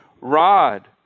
rod